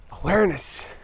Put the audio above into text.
Awareness